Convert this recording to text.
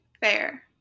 fair